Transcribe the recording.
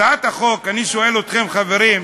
הצעת החוק, אני שואל אתכם, חברים,